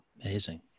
Amazing